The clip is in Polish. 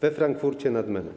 we Frankfurcie nad Menem.